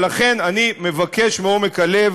ולכן, אני מבקש מעומק הלב